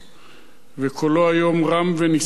וקולו היום רם ונישא מאי פעם.